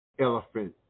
elephant